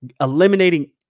eliminating